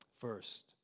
First